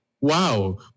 wow